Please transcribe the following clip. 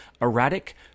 Erratic